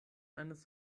eines